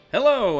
Hello